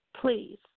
Please